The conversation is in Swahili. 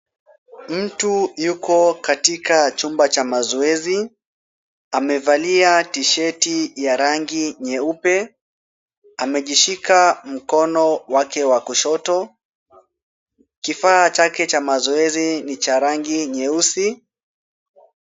Mtu yuko katika chumba cha mazoezi. Amevalia tisheti ya rangi nyeupe. Amejishika mkono wake wa kushoto. Kifaa chake cha mazoezi ni cha rangi nyeusi.